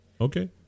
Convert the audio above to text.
Okay